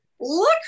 look